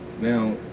Now